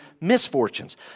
misfortunes